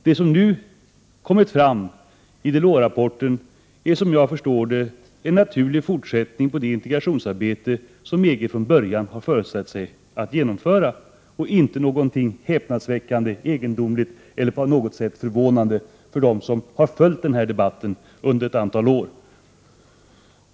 Det som nu kommit fram i Delorsrapporten är, som jag förstår det, en naturlig fortsättning på det integrationsarbete som EG från början har föresatt sig att genomföra och inte någonting häpnadsväckande, egendomligt eller på något sätt förvånande för dem som har följt den här debatten under ett antal år.